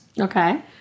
Okay